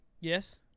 Yes